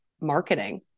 marketing